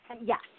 Yes